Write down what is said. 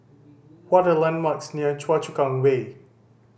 what are the landmarks near Choa Chu Kang Way